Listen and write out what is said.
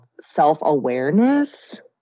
self-awareness